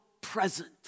present